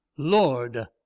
Lord